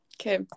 Okay